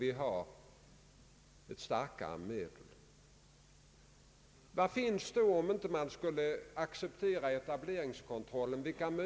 Vilka möjligheter finns då om man inte accepterar etableringskontrollen?